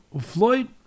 Floyd